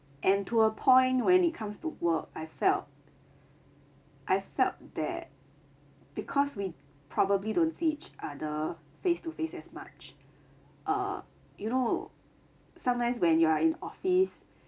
and to a point when it comes to work I felt I felt that because we probably don't see each other face to face as much uh you know sometimes when you are in office